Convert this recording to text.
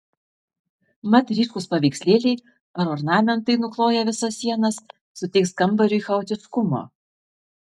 mat ryškūs paveikslėliai ar ornamentai nukloję visas sienas suteiks kambariui chaotiškumo